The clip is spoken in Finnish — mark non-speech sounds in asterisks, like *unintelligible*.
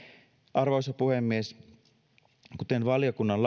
arvoisa puhemies kuten valiokunnan *unintelligible*